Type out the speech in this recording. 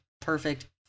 perfect